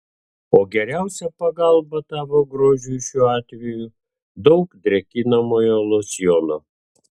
o geriausia pagalba tavo grožiui šiuo atveju daug drėkinamojo losjono